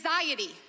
anxiety